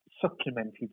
supplemented